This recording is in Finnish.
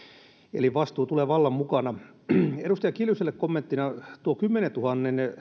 eli vastuu tulee vallan mukana edustaja kiljuselle kommenttina tuo kymmeneentuhanteen